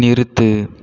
நிறுத்து